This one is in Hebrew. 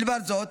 מלבד זאת,